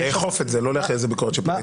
לאכוף את זה, לא להחיל על זה ביקורת שיפוטית.